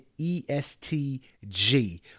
ESTG